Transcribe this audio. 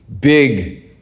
big